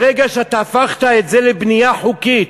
ברגע שהפכת את זה לבנייה חוקית